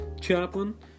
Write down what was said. chaplain